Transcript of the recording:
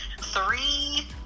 three